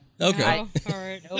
okay